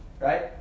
Right